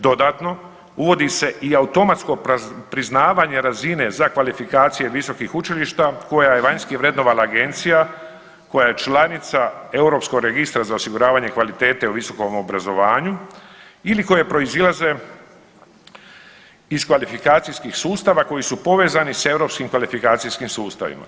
Dodatno, uvodni se i automatsko priznavanje razine za kvalifikacije visokih učilišta koja je vanjski vrednovala Agencija koja je članica Europskog registra za osiguravanje kvalitete u visokom obrazovanju ili koje proizilaze iz kvalifikacijskih sustava koji su povezani s europskim kvalifikacijskim sustavima.